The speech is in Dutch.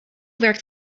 werkt